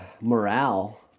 morale